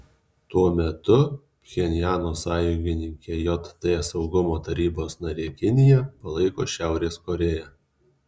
tuo metu pchenjano sąjungininkė jt saugumo tarybos narė kinija palaiko šiaurės korėją